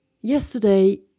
Yesterday